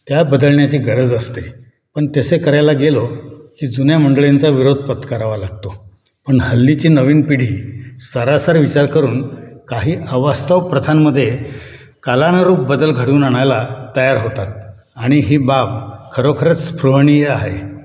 त्या बदलण्याची गरज असते पण तसे करायला गेलो की जुन्या मंडळींचा विरोध पत्करावा लागतो पण हल्लीची नवीन पिढी सारासार विचार करून काही अवास्तव प्रथांमध्ये कालानुरूप बदल घडवून आणायला तयार होतात आणि ही बाब खरोखरंच स्पृहणीय आहे